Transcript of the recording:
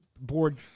Board